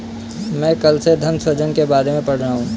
मैं कल से धन सृजन के बारे में पढ़ रहा हूँ